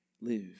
live